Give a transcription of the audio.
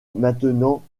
maintenant